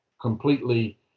completely